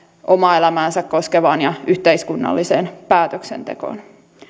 omaa elämäänsä koskevaan ja yhteiskunnalliseen päätöksentekoon